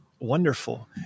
wonderful